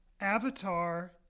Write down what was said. avatar